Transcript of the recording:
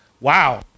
Wow